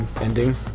ending